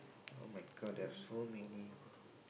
!oh-my-God! there are so many